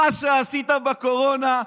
מה שעשית בקורונה,